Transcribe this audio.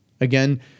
Again